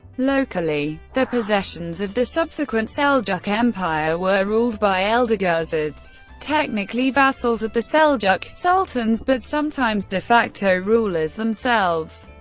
locally, the possessions of the subsequent seljuk empire were ruled by eldiguzids, technically vassals of the seljuk sultans, but sometimes de facto rulers themselves.